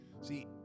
See